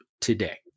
today